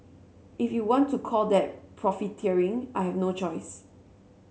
if you want to call that profiteering I have no choice